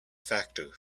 factor